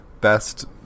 best